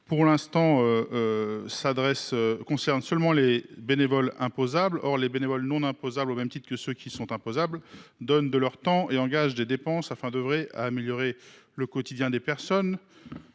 d’impôt concerne seulement les bénévoles imposables. Or les bénévoles non imposables, au même titre que ceux qui sont imposables, donnent de leur temps et engagent des dépenses afin d’œuvrer à améliorer le quotidien des personnes.